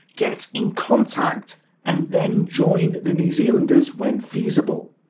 get in contact and then join the new zealanders when feasible.